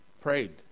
prayed